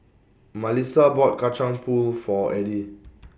Malissa bought Kacang Pool For Eddy